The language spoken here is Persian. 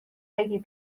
بگیر